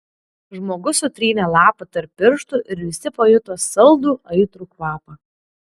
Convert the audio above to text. žmogus sutrynė lapą tarp pirštų ir visi pajuto saldų aitrų kvapą